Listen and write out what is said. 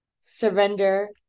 Surrender